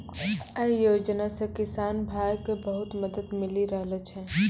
यै योजना सॅ किसान भाय क बहुत मदद मिली रहलो छै